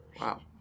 Wow